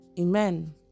Amen